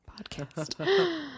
podcast